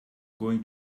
going